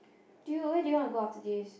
dude where do you want to go after this